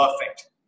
perfect